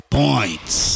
points